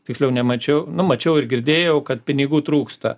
tiksliau nemačiau nu mačiau ir girdėjau kad pinigų trūksta